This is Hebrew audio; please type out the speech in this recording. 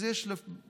אז יש בפועל